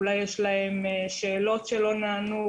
אולי יש להם שאלות שלא נענו,